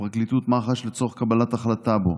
לפרקליטות מח"ש לצורך קבלת החלטה בו.